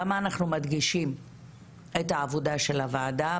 למה אנחנו מדגישים את העבודה של הוועדה,